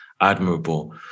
admirable